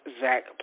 Zach